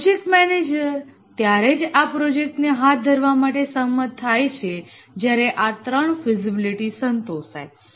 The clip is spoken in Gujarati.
પ્રોજેક્ટ મેનેજર ત્યારે જ આ પ્રોજેક્ટ ને હાથ ધરવા માટે સંમત થાય છે જ્યારે આ ત્રણ ફિઝિબિલિટી સંતોષાય છે